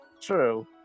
true